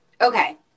Okay